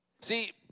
See